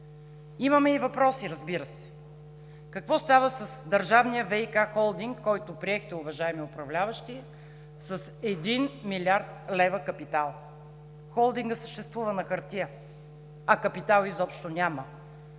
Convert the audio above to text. Имаме и въпроси, разбира се: какво става с държавния ВиК холдинг, който приехте, уважаеми управляващи, с 1 млрд. лв. капитал. Холдингът съществува на хартия, а капитал изобщо няма.